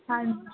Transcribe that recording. ਹਾਂ